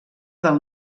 del